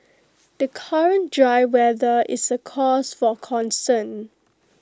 the current dry weather is A cause for concern